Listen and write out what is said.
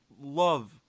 Love